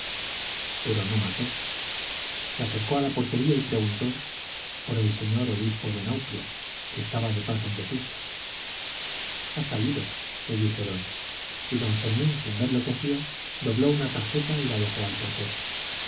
pero no mató se acercó a la portería y preguntó por el señor obispo de nauplia que estaba de paso en vetusta ha salido le dijeron y don fermín sin ver lo que hacía dobló una tarjeta y la dejó al portero